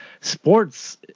Sports